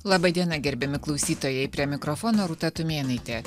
laba diena gerbiami klausytojai prie mikrofono rūta tumėnaitė